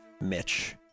Mitch